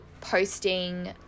posting